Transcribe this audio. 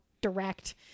direct